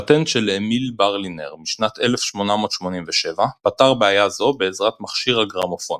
פטנט של אמיל ברלינר משנת 1887 פתר בעיה זו בעזרת מכשיר הגרמופון.